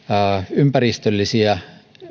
ympäristöllisiä